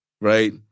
right